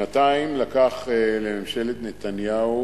שנתיים לקח לממשלת נתניהו